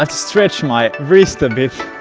but stretch my wrist a bit